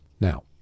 Now